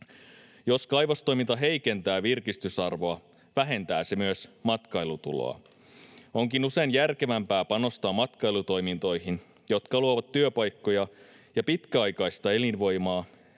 Jos kaivostoiminta heikentää virkistysarvoa, vähentää se myös matkailutuloa. Onkin usein järkevämpää panostaa matkailutoimintoihin, jotka luovat työpaikkoja ja pitkäaikaista elinvoimaa,